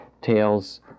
tales